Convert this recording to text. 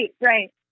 right